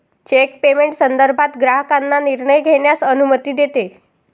check payment संदर्भात ग्राहकांना निर्णय घेण्यास अनुमती देते